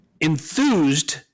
enthused